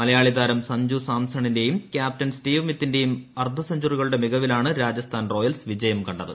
മലയാളി താരം സഞ്ജു സാംസണിന്റെയും captain Steve സ്മിത്തിന്റെയും അർദ്ധ സെഞ്ചുറികളുടെ മികവിലാണ് രാജസ്ഥാൻ റോയൽസ് വിജയം കണ്ടത്